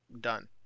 done